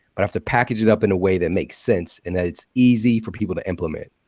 but have to package it up in a way that makes sense, and that it's easy for people to implement.